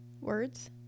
Words